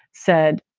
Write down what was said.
said,